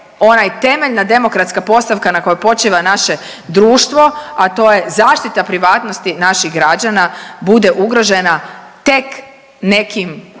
onaj temeljna demokratska postavka na kojoj počiva naše društvo, a to je zaštita privatnosti naših građana, bude ugrožena tek nekim